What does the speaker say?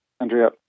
Andrea